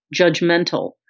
judgmental